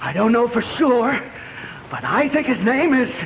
i don't know for sure but i think his name is